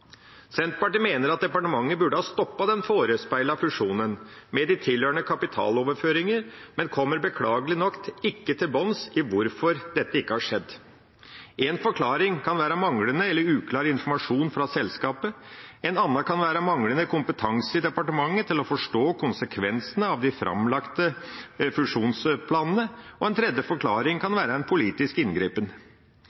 Senterpartiet mener at departementet burde ha stoppet den forespeilede fusjonen med de tilhørende kapitaloverføringer, men kommer beklagelig nok ikke til bunns i hvorfor dette ikke har skjedd. En forklaring kan være manglende eller uklar informasjon fra selskapet, en annen kan være manglende kompetanse i departementet til å forstå konsekvensene av de framlagte fusjonsplanene, og en tredje forklaring kan